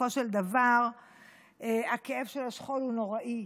בסופו של דבר הכאב של השכול הוא נוראי,